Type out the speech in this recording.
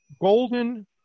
Golden